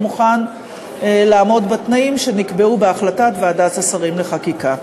הוא מוכן לעמוד בתנאים שנקבעו בהחלטת ועדת השרים לחקיקה.